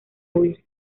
huir